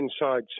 inside